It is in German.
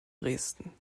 dresden